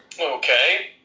Okay